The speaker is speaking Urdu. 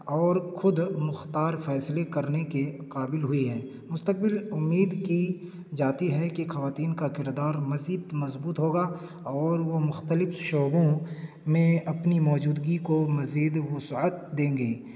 اور خود مختار فیصلے کرنے کے قابل ہوئی ہیں مستقبل امید کی جاتی ہے کہ خواتین کا کردار مزید مضبوط ہوگا اور وہ مختلف شعبوں میں اپنی موجودگی کو مزید وسعت دیں گی